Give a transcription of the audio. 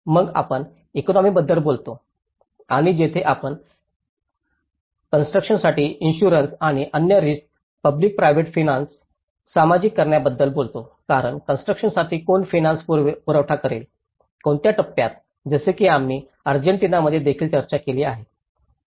मग आपण इकॉनॉमीबद्दल बोलतो आणि येथे आपण कॉन्स्ट्रुकशनसाठी इन्शुरन्स आणि अन्य रिस्क पब्लिक प्राव्हेट फिनान्स सामायिक करण्याबद्दल बोलतो कारण कॉन्स्ट्रुकशनसाठी कोण फिनान्स पुरवठा करेल कोणत्या टप्प्यात जसे की आम्ही अर्जेटिनामध्ये देखील चर्चा केली आहे